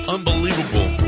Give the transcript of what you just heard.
Unbelievable